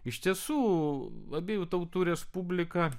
iš tiesų abiejų tautų respublika